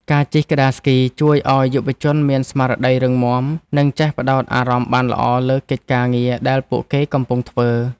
ការជិះក្ដារស្គីជួយឱ្យយុវជនមានស្មារតីរឹងមាំ និងចេះផ្ដោតអារម្មណ៍បានល្អលើកិច្ចការងារដែលពួកគេកំពុងធ្វើ។